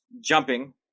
jumping